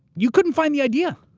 you couldn't find the idea.